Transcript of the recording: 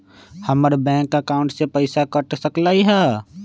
हमर bank account से पैसा कट सकलइ ह?